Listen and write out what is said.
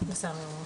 בסדר גמור.